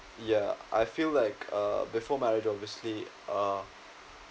ya I feel like uh before married obviously uh